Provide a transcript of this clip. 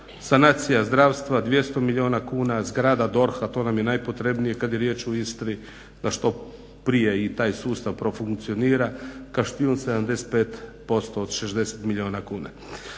sanacija zdravstva 200 milijuna kuna, zgrada DORH-a to nam je najpotrebnije kad je riječ o Istri da što prije i taj sustav profunkcionira. Kaštijun 75% od 60 milijuna kuna.